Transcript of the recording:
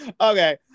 Okay